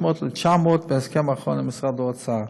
ל-900 בהסכם האחרון עם משרד האוצר.